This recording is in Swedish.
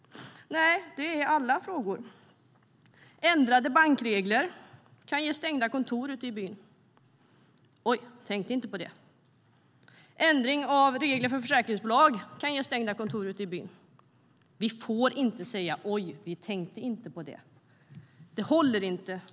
Nej, det handlar om alla frågor. Ändrade bankregler kan ge stängda kontor i byn. Oj, vi tänkte inte på det! Ändring av regler för försäkringsbolag kan ge stängda kontor i byn. Vi får inte säga: Oj, vi tänkte inte på det! Det håller inte.